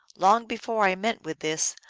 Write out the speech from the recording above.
long before i met with this,